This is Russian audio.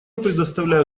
предоставляю